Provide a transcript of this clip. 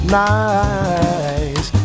nice